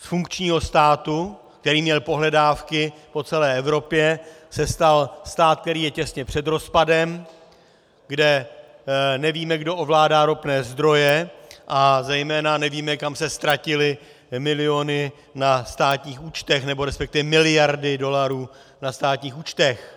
Z funkčního státu, který měl pohledávky po celé Evropě, se stal stát, který je těsně před rozpadem, kde nevíme, kdo ovládá ropné zdroje, a zejména nevíme, kam se ztratily miliony na státních účtech, resp. miliardy dolarů na státních účtech.